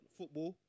football